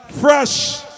Fresh